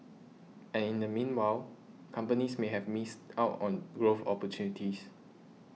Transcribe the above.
and in the meanwhile companies may have miss out on growth opportunities